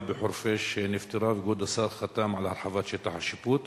בחורפיש נפתרה וכבוד השר חתם על הרחבת שטח השיפוט,